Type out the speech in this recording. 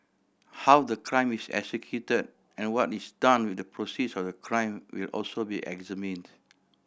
how the crime is executed and what is done with the proceeds of the crime will also be examined